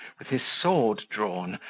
with his sword drawn,